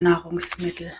nahrungsmittel